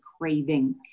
craving